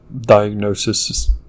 diagnosis